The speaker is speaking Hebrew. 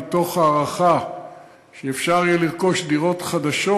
מתוך הערכה שאפשר יהיה לרכוש דירות חדשות